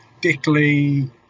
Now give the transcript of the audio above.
Dickley